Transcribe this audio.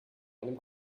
einem